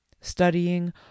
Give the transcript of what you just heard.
studying